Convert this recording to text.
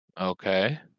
Okay